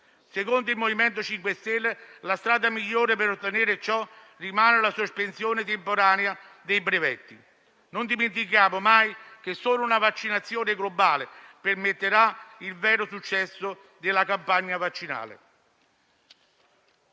Secondo il MoVimento 5 Stelle la strada migliore per ottenere ciò rimane la sospensione temporanea dei brevetti. Non dimentichiamo mai che solo una vaccinazione globale permetterà il vero successo della campagna vaccinale.